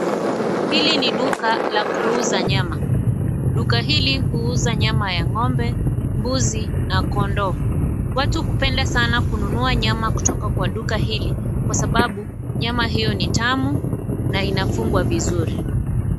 Hili ni duka la kuuza nyama. Duka hili huuza nyama ya ng'ombe, mbuzi, na kondoo watu hupenda sana kununua nyama kutoka kwa duka hili kwa sababu nyama hiyo ni tamu na inafungwa vizuri.